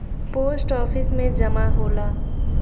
post office में जमा होला